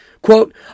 Quote